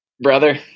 brother